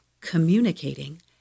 communicating